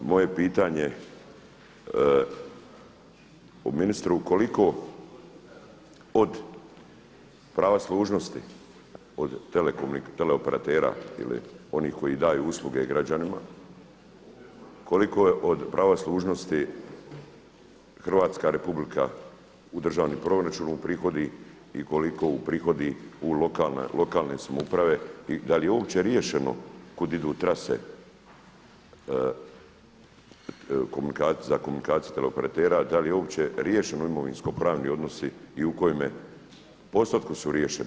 I moje pitanje ministru koliko od prava služnosti od tele operatera ili onih koji daju usluge građanima, koliko je od prava služnosti Hrvatska Republika u državni proračun uprihodi i koliko uprihodi u lokalne samouprave i da li je uopće riješeno kud idu trase za komunikaciju teleoperatera, da li je uopće riješeno imovinskopravni odnosi i u kojem postotku su riješeni?